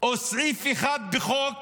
סעיף אחד בחוק